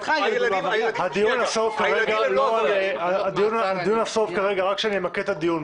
הדיון נסוב כרגע, רק שנמקד את הדיון,